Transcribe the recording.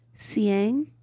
Cien